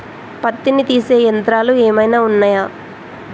పత్తిని తీసే యంత్రాలు ఏమైనా ఉన్నయా?